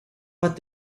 what